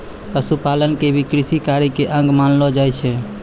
पशुपालन क भी कृषि कार्य के अंग मानलो जाय छै